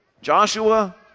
Joshua